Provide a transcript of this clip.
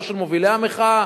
לא של מובילי המחאה,